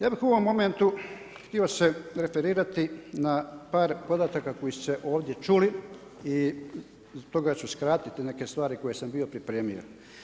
Ja bih u ovom momentu htio se referirati na par podataka koji su se ovdje čuli i zbog toga ću skratiti neke stvari koje sam bio pripremio.